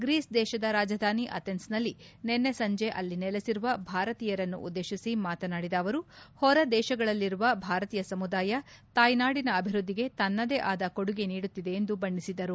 Greece ದೇಶದ ರಾಜಧಾನಿ ಅಥೆನ್ಸ್ನಲ್ಲಿ ನಿನ್ನೆ ಸಂಜೆ ಅಲ್ಲಿ ನೆಲೆಸಿರುವ ಭಾರತೀಯರನ್ನು ಉದ್ದೇಶಿಸಿ ಮಾತನಾಡಿದ ಅವರು ಹೊರದೇಶಗಳಲ್ಲಿರುವ ಭಾರತೀಯ ಸಮುದಾಯ ತಾಯ್ನಾಡಿನ ಅಭಿವೃದ್ಧಿಗೆ ತನ್ನದೇ ಆದ ಕೊಡುಗೆ ನೀಡುತ್ತಿದೆ ಎಂದು ಬಣ್ಣಿಸಿದರು